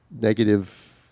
negative